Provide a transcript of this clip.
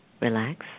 Relax